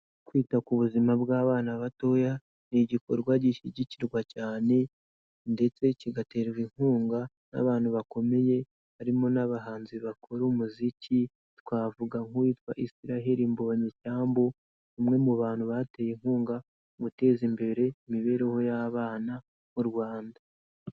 Kwita ku buzima bw'abana batoya ni igikorwa gishyigikirwa cyane ndetse kigaterwa inkunga n'abantu bakomeye harimo n'abahanzi bakora umuziki, twavuga nk'uwitwa Israel Mbonyicyambu, umwe mu bantu bateye inkunga guteza imbere imibereho y'abana mu Rwanda.